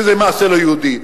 שזה מעשה לא יהודי.